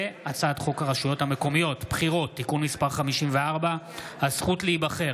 הצעת חוק הרשויות המקומיות (בחירות) (תיקון מס' 54) (הזכות להיבחר),